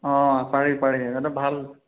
অঁ পাৰি পাৰি এইটো ভাল